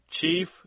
Chief